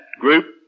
group